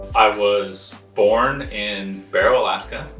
i was born in barrow, alaska.